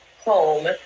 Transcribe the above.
home